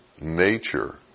nature